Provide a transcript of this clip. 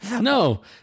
no